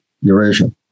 Eurasia